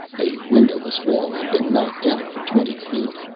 a windowless wall had been knocked out for twenty feet.